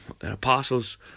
apostles